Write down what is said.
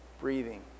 breathing